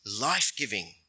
life-giving